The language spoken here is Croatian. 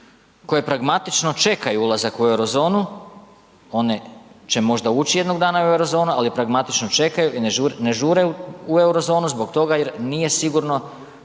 koje pragmatično čekaju ulazak u euro zonu, one će možda ući jednog dana u euro zonu, ali pragmatično čekaju i ne žure u euro zonu zbog toga jer nije sigurno